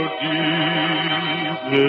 deep